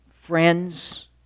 friends